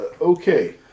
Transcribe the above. Okay